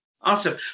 Awesome